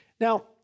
Now